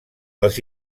els